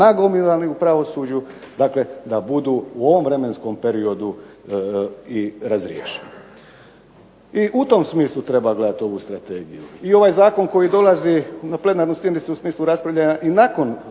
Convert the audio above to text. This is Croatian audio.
nagomilani u pravosuđu da budu u ovom vremenskom periodu i razriješeni. I u tom smislu treba gledati ovu strategiju i ovaj zakon koji dolazi na plenarnu sjednicu u smislu raspravljanja i nakon,